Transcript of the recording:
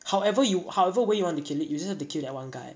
however you however way you want to kill him you just have to kill that one guy